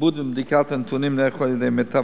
עיבוד ובדיקה של הנתונים נערכו על-ידי מיטב